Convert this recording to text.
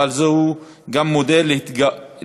אבל זה גם מודל להתאגדות,